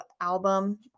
album